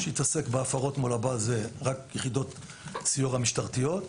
מי שיתעסק בפרות של הבעל זה רק יחידות סיור משטרתיות.